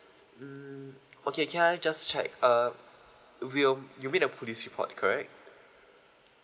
mm okay can I just check uh we'll you made a police report correct